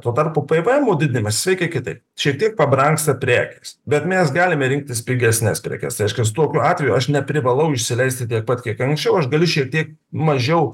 tuo tarpu pvemo didinimas jis veikia kitaip šiek tiek pabrangsta prekės bet mes galime rinktis pigesnes prekes tai reiškias tokiu atveju aš neprivalau išsileisti tiek pat kiek anksčiau aš galiu šiek tiek mažiau